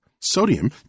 sodium